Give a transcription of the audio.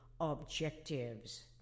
objectives